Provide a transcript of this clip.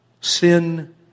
Sin